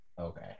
Okay